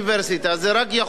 זה רק יכול להוסיף